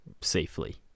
Safely